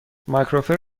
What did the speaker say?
مایکروفر